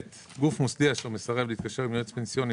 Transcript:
גוף מוסדי אשר מסרב להתקשר עם יועץ פנסיוני